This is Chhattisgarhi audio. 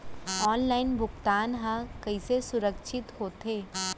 ऑनलाइन भुगतान हा कइसे सुरक्षित होथे?